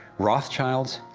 rothschilds,